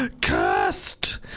Cursed